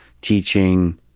teaching